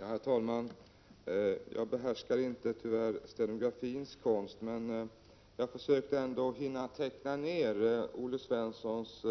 Herr talman! Tyvärr behärskar jag inte stenografins konst, men jag försökte ändå att teckna ned Olle Svenssons